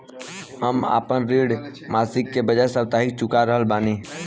हम आपन ऋण मासिक के बजाय साप्ताहिक चुका रहल बानी